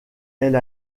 elle